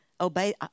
obey